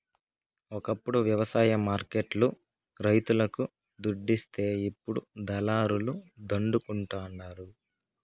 ఒకప్పుడు వ్యవసాయ మార్కెట్ లు రైతులకు దుడ్డిస్తే ఇప్పుడు దళారుల దండుకుంటండారు